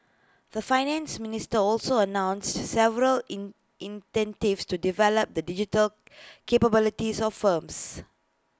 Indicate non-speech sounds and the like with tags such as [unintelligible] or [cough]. the Finance Minister also announced several in [unintelligible] to develop the digital capabilities of firms